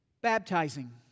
Baptizing